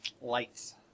lights